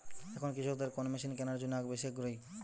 এখন কৃষকদের কোন মেশিন কেনার জন্য বেশি আগ্রহী?